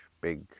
big